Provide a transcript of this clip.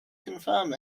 confirm